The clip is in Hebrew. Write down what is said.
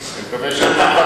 אני מקווה,